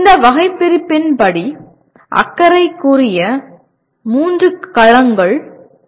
இந்த வகைபிரிப்பின் படி அக்கறைக்குரிய மூன்று களங்கள் உள்ளன